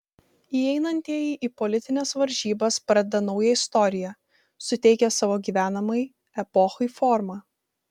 įeinantieji į politines varžybas pradeda naują istoriją suteikia savo gyvenamai epochai formą